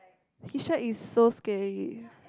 hitch-hike is so scary